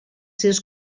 seus